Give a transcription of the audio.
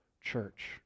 church